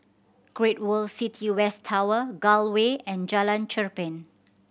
Great World City West Tower Gul Way and Jalan Cherpen